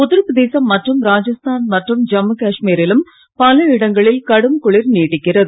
உத்தரப்பிரதேசம் மற்றும் ராஜஸ்தான் மற்றும் ஜம்மு காஷ்மீரிலும் பல இடங்களில் கடும் குளிர் நீடிக்கிறது